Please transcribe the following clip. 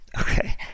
okay